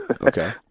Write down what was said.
Okay